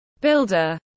builder